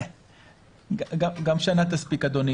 גם שנה תספיק.